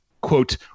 quote